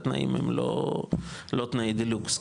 התנאים הם לא תנאי דה-לוקס,